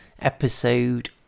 episode